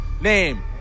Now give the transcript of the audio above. name